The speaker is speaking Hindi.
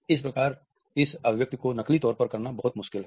इस प्रकार इस अभिव्यक्ति को नकली तौर पर करना बहुत मुश्किल है